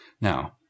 Now